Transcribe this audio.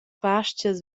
pastgas